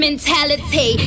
Mentality